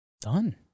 Done